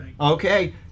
okay